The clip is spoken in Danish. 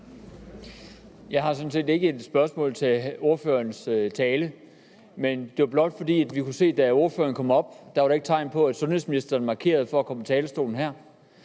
Jeg har sådan set ikke et spørgsmål til ordførerens tale. Det er blot, fordi der, da ordføreren gik op på talerstolen, ikke var tegn på, at sundhedsministeren markerede for at komme på talerstolen.